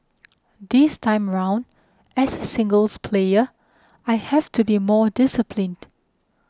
this time round as a singles player I have to be more disciplined